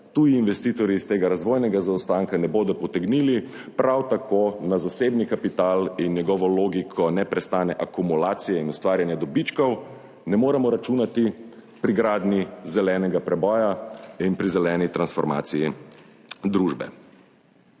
tuji investitorji iz tega razvojnega zaostanka ne bodo potegnili prav tako na zasebni kapital in njegovo logiko neprestane akumulacije in ustvarjanja dobičkov ne moremo računati pri gradnji zelenega preboja in pri zeleni transformaciji družbe.